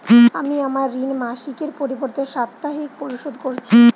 আমি আমার ঋণ মাসিকের পরিবর্তে সাপ্তাহিক পরিশোধ করছি